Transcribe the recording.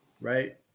Right